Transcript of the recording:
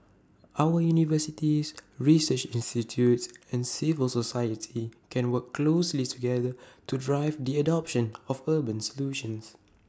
our universities research institutes and civil society can work closely together to drive the adoption of urban solutions